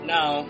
Now